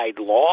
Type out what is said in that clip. law